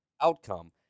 outcome